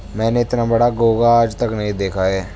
मैंने इतना बड़ा घोंघा आज तक नही देखा है